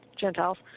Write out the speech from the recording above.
Gentiles